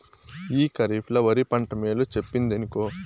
ఈ కరీఫ్ ల ఒరి పంట మేలు చెప్పిందినుకో